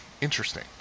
interesting